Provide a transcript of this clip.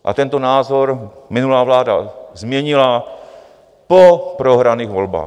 A tento názor minulá vláda změnila po prohraných volbách.